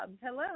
Hello